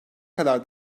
kadar